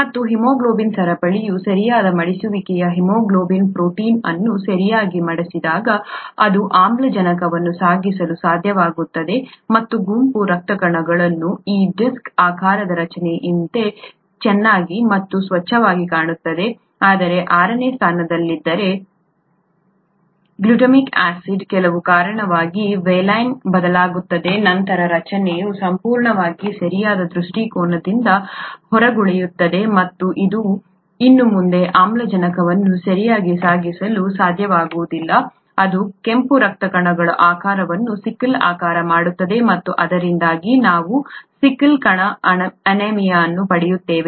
ಮತ್ತು ಹಿಮೋಗ್ಲೋಬಿನ್ ಸರಪಳಿಯ ಸರಿಯಾದ ಮಡಿಸುವಿಕೆಯು ಹಿಮೋಗ್ಲೋಬಿನ್ ಪ್ರೋಟೀನ್ ಅನ್ನು ಸರಿಯಾಗಿ ಮಡಚಿದಾಗ ಅದು ಆಮ್ಲಜನಕವನ್ನು ಸಾಗಿಸಲು ಸಾಧ್ಯವಾಗುತ್ತದೆ ಮತ್ತು ಕೆಂಪು ರಕ್ತ ಕಣಗಳು ಈ ಡಿಸ್ಕ್ ಆಕಾರದ ರಚನೆಯಂತೆ ಚೆನ್ನಾಗಿ ಮತ್ತು ಸ್ವಚ್ಛವಾಗಿ ಕಾಣುತ್ತದೆ ಆದರೆ ಆರನೇ ಸ್ಥಾನದಲ್ಲಿದ್ದರೆ ಗ್ಲುಟಾಮಿಕ್ ಆಸಿಡ್ ಕೆಲವು ಕಾರಣಗಳಿಗಾಗಿ ವ್ಯಾಲೈನ್ಗೆ ಬದಲಾಗುತ್ತದೆ ನಂತರ ರಚನೆಯು ಸಂಪೂರ್ಣವಾಗಿ ಸರಿಯಾದ ದೃಷ್ಟಿಕೋನದಿಂದ ಹೊರಗುಳಿಯುತ್ತದೆ ಮತ್ತು ಇದು ಇನ್ನು ಮುಂದೆ ಆಮ್ಲಜನಕವನ್ನು ಸರಿಯಾಗಿ ಸಾಗಿಸಲು ಸಾಧ್ಯವಾಗುವುದಿಲ್ಲ ಅದು ಕೆಂಪು ರಕ್ತ ಕಣಗಳ ಆಕಾರವನ್ನು ಸಿಕಲ್ ಆಕಾರವನ್ನು ಮಾಡುತ್ತದೆ ಮತ್ತು ಇದರಿಂದಾಗಿ ನಾವು ಸಿಕಲ್ ಸೆಲ್ ಸಿಕಲ್ ಕಣ ಅನೀಮಿಯಾ ಅನ್ನು ಪಡೆಯುತ್ತೇವೆ